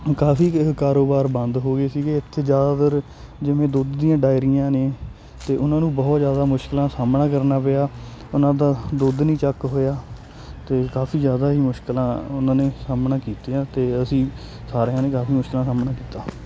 ਕਾਫ਼ੀ ਕਾਰੋਬਾਰ ਬੰਦ ਹੋ ਗਏ ਸੀਗੇ ਇੱਥੇ ਜ਼ਿਆਦਾਤਰ ਜਿਵੇਂ ਦੁੱਧ ਦੀਆਂ ਡਾਇਰੀਆਂ ਨੇ ਅਤੇ ਉਹਨਾਂ ਨੂੰ ਬਹੁਤ ਜ਼ਿਆਦਾ ਮੁਸ਼ਕਿਲਾਂ ਦਾ ਸਾਹਮਣਾ ਕਰਨਾ ਪਿਆ ਉਹਨਾਂ ਦਾ ਦੁੱਧ ਨਹੀਂ ਚੁੱਕ ਹੋਇਆ ਅਤੇ ਕਾਫ਼ੀ ਜ਼ਿਆਦਾ ਹੀ ਮੁਸ਼ਕਿਲਾਂ ਉਹਨਾਂ ਨੇ ਸਾਹਮਣਾ ਕੀਤੀਆਂ ਅਤੇ ਅਸੀਂ ਸਾਰਿਆਂ ਨੇ ਕਾਫ਼ੀ ਮੁਸ਼ਕਿਲਾਂ ਦਾ ਸਾਹਮਣਾ ਕੀਤਾ